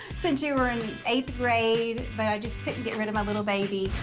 since you were in eighth grade but i just couldn't get rid of my little baby.